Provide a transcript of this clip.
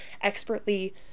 expertly